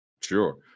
sure